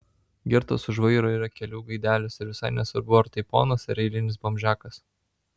girtas už vairo yra kelių gaidelis ir visai nesvarbu ar tai ponas ar eilinis bomžiakas